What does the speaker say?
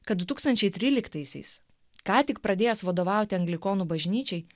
kad du tūkstančiai tryliktaisiais ką tik pradėjęs vadovauti anglikonų bažnyčiai